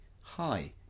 hi